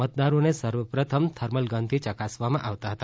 મતદારોને સર્વ પ્રથમ થર્મલ ગનથી ચકાસવામાં આવતા હતા